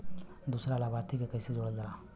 दूसरा लाभार्थी के कैसे जोड़ल जाला?